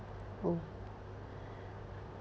oh